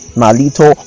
malito